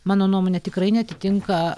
mano nuomone tikrai neatitinka